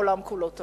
העולם כולו תמך.